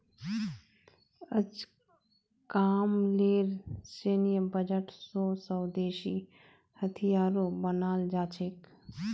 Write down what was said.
अजकामलेर सैन्य बजट स स्वदेशी हथियारो बनाल जा छेक